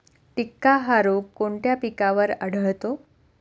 टिक्का हा रोग कोणत्या पिकावर आढळतो?